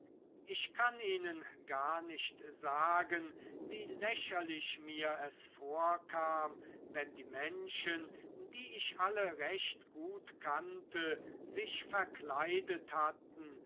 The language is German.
ich kann ihnen gar nicht sagen wie lächerlich mir es vorkam wenn die menschen die ich alle recht gut kannte sich verkleidet hatten